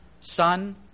Son